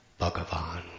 Bhagavan